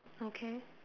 okay